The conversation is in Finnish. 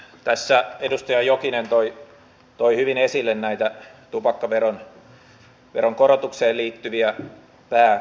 tässä edustaja jokinen toi hyvin esille näitä tupakkaveron korotukseen liittyviä pääkohtia